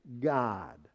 God